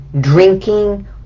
drinking